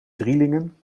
drielingen